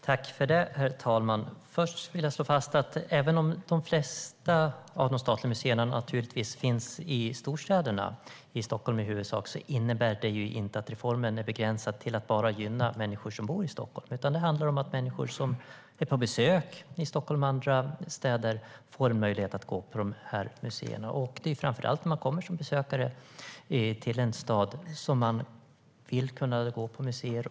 Herr talman! Först vill jag slå fast att även om de flesta av de statliga museerna naturligtvis finns i storstäderna, i Stockholm i huvudsak, innebär det inte att reformen är begränsad till att bara gynna människor som bor i Stockholm. Det handlar om att människor som är på besök i Stockholm och andra städer får möjlighet att gå på de här museerna. Det är framför allt när man kommer som besökare till en stad som man vill kunna gå på museer.